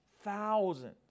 thousands